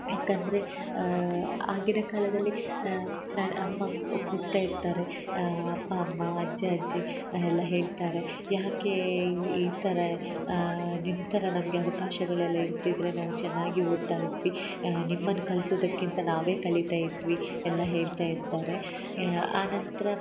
ಯಾಕೆಂದರೆ ಆಗಿನ ಕಾಲದಲ್ಲಿ ನಾ ಅಮ್ಮ ಕೂಗ್ತಾ ಇರ್ತಾರೆ ಅಪ್ಪ ಅಮ್ಮ ಅಜ್ಜ ಅಜ್ಜಿ ಎಲ್ಲ ಹೇಳ್ತಾರೆ ಯಾಕೇ ಈ ಥರ ನಿಮ್ಮ ಥರ ನಮಗೆ ಅವಕಾಶಗಳೆಲ್ಲ ಇರ್ದಿದ್ದರೆ ನಾವು ಚೆನ್ನಾಗಿ ಓದ್ತಾ ಇದ್ವಿ ನಿಮ್ಮನ್ನ ಕಲ್ಸುದಕ್ಕೆ ಇಂತ ನಾವೇ ಕಲಿತಾ ಇದ್ವಿ ಎಲ್ಲ ಹೇಳ್ತಾ ಇರ್ತಾರೆ ಆ ನಂತರ